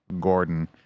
Gordon